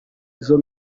izo